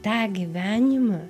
tą gyvenimą